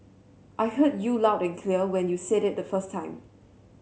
I heard you loud and clear when you said it the first time